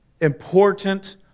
important